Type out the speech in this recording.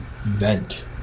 vent